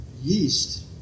yeast